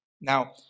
Now